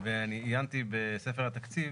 עיינתי בספר התקציב